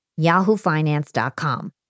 yahoofinance.com